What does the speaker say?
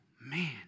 man